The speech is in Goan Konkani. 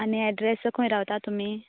आनी एड्रॅस्स खंय रावता तुमी